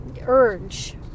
urge